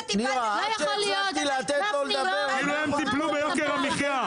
לא יכול להיות --- כאילו הם טיפלו ביוקר המחיה.